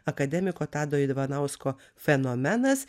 akademiko tado ivanausko fenomenas